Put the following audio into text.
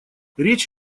речь